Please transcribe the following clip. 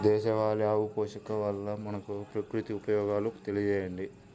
దేశవాళీ ఆవు పోషణ వల్ల మనకు, ప్రకృతికి ఉపయోగాలు తెలియచేయండి?